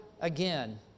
again